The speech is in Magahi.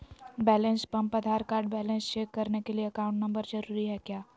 Balance pump Aadhaar card balance check करने के लिए अकाउंट नंबर जरूरी है क्या?